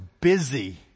busy